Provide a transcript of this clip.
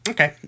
Okay